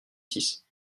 six